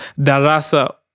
Darasa